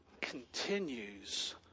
continues